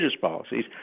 policies